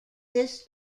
this